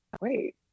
wait